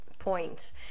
Points